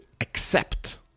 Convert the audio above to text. accept